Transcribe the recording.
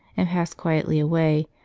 and passed quietly away,